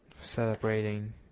celebrating